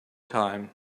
time